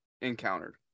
encountered